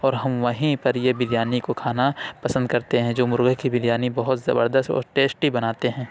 اور ہم وہیں پر یہ بریانی کو کھانا پسند کرتے ہیں جو مرغے کی بریانی بہت زبردست اور ٹیسٹی بناتے ہیں